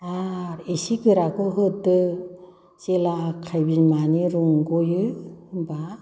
आरो एसे गोराखौ होदो जेब्ला आखाय बिमानि रुंग'यो होनबा